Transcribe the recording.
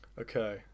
Okay